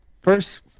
First